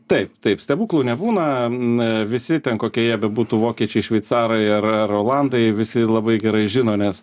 taip taip stebuklų nebūna na visi ten kokie jie bebūtų vokiečiai šveicarai ar ar olandai visi labai gerai žino nes